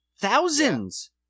thousands